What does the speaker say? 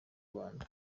rwanda